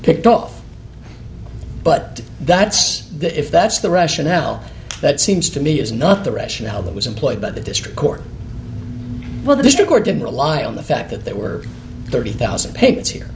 picked off but that's if that's the rationale that seems to me is not the rationale that was employed by the district court well the district or didn't rely on the fact that there were thirty thousand papers here